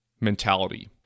mentality